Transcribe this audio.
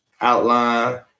outline